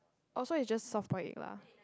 oh so is just soft boiled egg lah